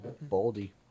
baldy